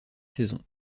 saisons